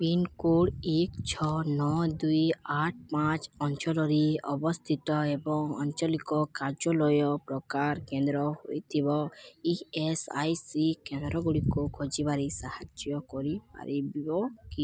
pincode ଏକ ଛଅ ନଅ ଦୁଇ ଆଠ ପାଞ୍ଚ ଅଞ୍ଚଳରେ ଅବସ୍ଥିତ ଏବଂ ଆଞ୍ଚଳିକ କାର୍ଯ୍ୟଳୟ ପ୍ରକାର କେନ୍ଦ୍ର ହୋଇଥିବା ଇ ଏସ୍ ଆଇ ସି କେନ୍ଦ୍ରଗୁଡ଼ିକୁ ଖୋଜିବାରେ ସାହାଯ୍ୟ କରିପାରିବ କି